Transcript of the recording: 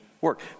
work